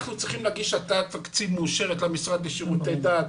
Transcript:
צריכים להגיש הצעת תקציב מאושרת למשרד לשירותי דת.